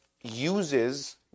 uses